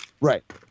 Right